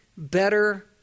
better